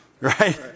Right